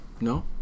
No